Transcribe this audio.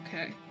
Okay